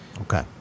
Okay